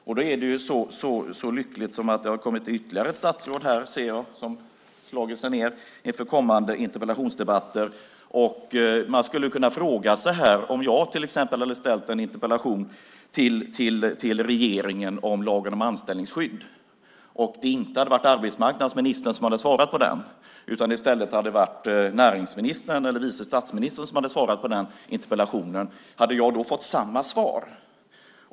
Nu är det så lyckligt att ännu ett statsråd har slagit sig ned här inför kommande interpellationsdebatter. Om jag till exempel hade ställt en interpellation till regeringen om lagen om anställningsskydd och det inte var arbetsmarknadsministern som svarade på den utan i stället vice statsministern hade jag då fått samma svar?